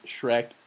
Shrek